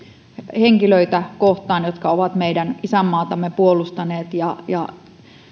henkilöitä kohtaan jotka ovat meidän isänmaatamme puolustaneet ja